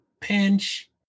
pinch